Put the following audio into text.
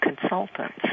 consultants